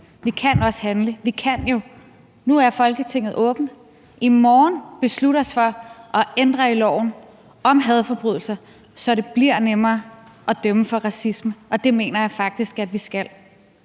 Vi kan også handle. Vi kan jo – nu er Folketinget åbent – i morgen beslutte os for at ændre i loven om hadforbrydelser, så det bliver nemmere at dømme for racisme, og det mener jeg faktisk at vi skal.